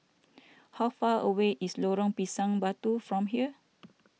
how far away is Lorong Pisang Batu from here